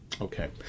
Okay